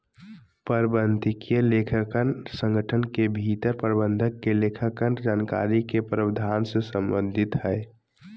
प्रबंधकीय लेखांकन संगठन के भीतर प्रबंधक के लेखांकन जानकारी के प्रावधान से संबंधित हइ